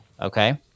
Okay